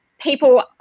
people